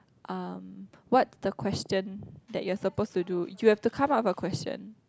uh what the question that you are supposed to do you have to come up with a question